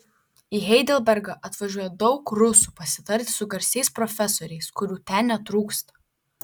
į heidelbergą atvažiuoja daug rusų pasitarti su garsiais profesoriais kurių ten netrūksta